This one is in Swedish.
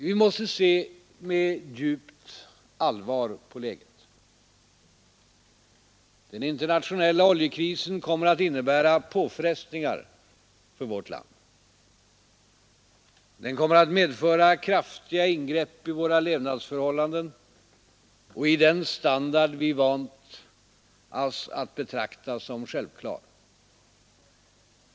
Vi måste se med djupt allvar på läget. Den internationella oljekrisen kommer att innebära påfrestningar för vårt land. Den kommer att medföra kraftiga ingrepp i våra levnadsförhållanden och i den standard vi vant oss att betrakta som självklar.